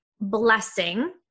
blessing